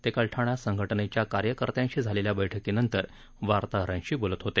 ते काल ठाण्यात संघटनेच्या कार्यकर्त्यांशी झालेल्याबैठकीनंतर वार्ताहरांशी बोलत होते